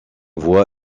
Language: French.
voix